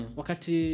wakati